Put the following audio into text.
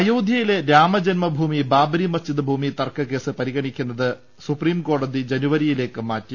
അയോധ്യയിലെ രാമജന്മഭൂമി ബാബ്റി മസ്ജിദ് ഭൂമി തർക്ക കേസ് പരിഗണിക്കുന്നത് സുപ്രീംകോടതി ജനുവരിയിലേക്ക് മാറ്റി